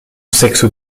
sexe